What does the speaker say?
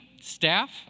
staff